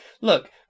look